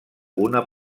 una